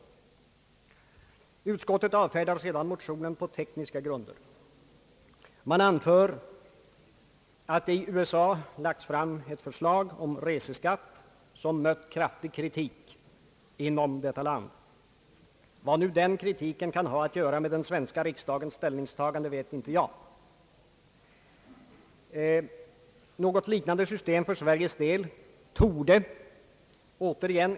Utskottet avfärdar sedan motionerna på tekniska grunder. Man anför att det i USA lagts fram ett förslag om reseskatt som där har väckt kraftig kritik. Vad detta kan ha att göra med den svenska riksdagens ställningstagande vet inte jag. Ett liknande system torde — återigen torde!